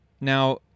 Now